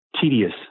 tedious